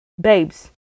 babes